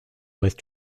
with